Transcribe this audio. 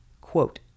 quote